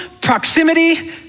proximity